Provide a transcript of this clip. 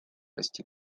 расти